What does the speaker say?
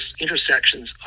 intersections